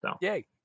Yay